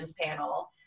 panel